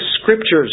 Scriptures